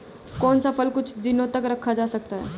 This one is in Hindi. कौन सा फल कुछ दिनों तक रखा जा सकता है?